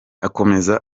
akomeza